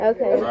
Okay